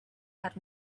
had